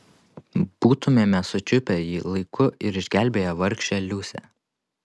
būtumėme sučiupę jį laiku ir išgelbėję vargšę liusę